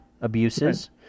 abuses